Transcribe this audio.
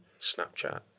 Snapchat